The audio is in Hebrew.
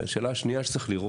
השאלה השנייה שצריך לראות,